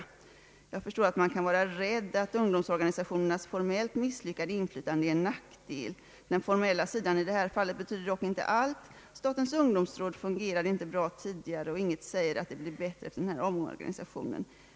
Jag förstår att man kan vara rädd att ungdomsorganisationernas formellt minskade inflytande är en nackdel. Den formella sidan i det här fallet betyder dock inte allt. Statens ungdomsråd fungerade inte bra tidigare, och inget säger att det blir bättre efter den här omorganisationen.